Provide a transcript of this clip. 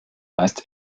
meist